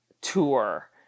tour